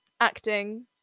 acting